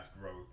growth